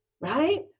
right